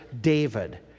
David